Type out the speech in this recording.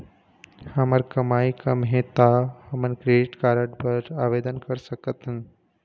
हमर कमाई कम हे ता हमन क्रेडिट कारड बर आवेदन कर सकथन?